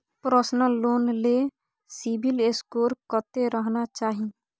Personal loan ले CIBIL score कत्ते रहना चाही?